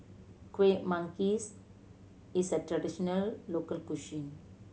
Kuih Manggis is a traditional local cuisine